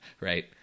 right